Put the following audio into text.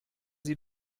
sie